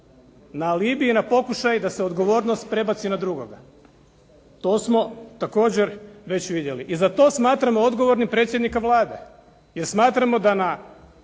na alibi i na pokušaj da se odgovornost prebaci na drugoga. To smo također već vidjeli i za to smatramo odgovornim predsjednika Vlade, jer smatramo da na